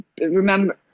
remember